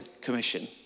Commission